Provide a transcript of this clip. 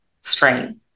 strain